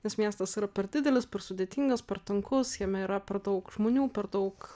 nes miestas yra per didelis per sudėtingas per tankus jame yra per daug žmonių per daug